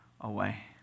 away